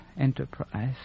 enterprise